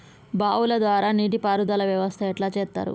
బావుల ద్వారా నీటి పారుదల వ్యవస్థ ఎట్లా చేత్తరు?